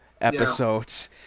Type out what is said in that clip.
episodes